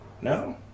No